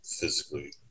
physically